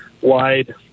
wide